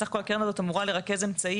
בסך הכל הקרן הזאת אמורה לרכז אמצעים